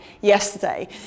yesterday